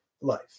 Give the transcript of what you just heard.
life